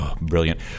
brilliant